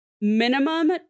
minimum